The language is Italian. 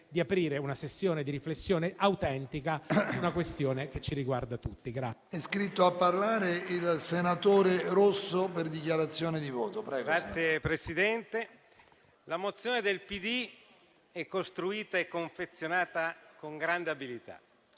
di aprire una sessione di riflessione autentica su una questione che ci riguarda tutti.